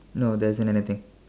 no there isn't anything